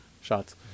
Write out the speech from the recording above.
shots